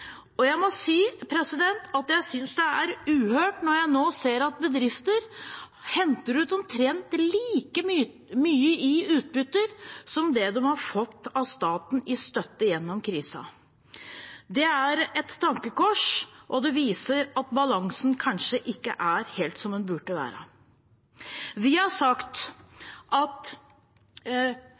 Jeg må si at jeg synes det er uhørt når jeg nå ser at bedrifter henter ut omtrent like mye i utbytte som det de har fått av staten i støtte gjennom krisen. Det er et tankekors, og det viser at balansen kanskje ikke er helt som den burde være. Vi har sagt at